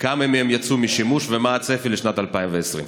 כמה מהם יצאו משימוש, ומה הצפי לשנת 2020?